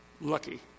lucky